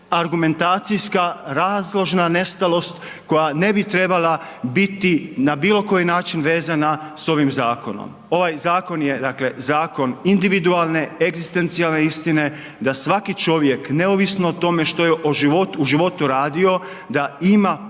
argumentacijska razložna nestalost koja ne bi trebala biti na bilo koji način vezana s ovim zakonom. Ovaj zakon je, dakle, zakon individualne, egzistencijalne istine da svaki čovjek neovisno o tome što je u životu radio da ima